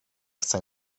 chcę